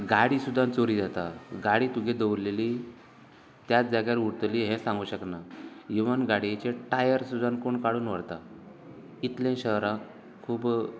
गाडी सुद्दां चोरी जातात गाडी तुगेली दवरलेली त्याच जाग्यार उरतली हे सांगूंक शकना इवन गाडयेचे टायर सुद्दां कोण काडून व्हरता इतलें शहरांक खूब